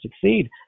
succeed